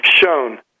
shown